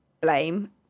blame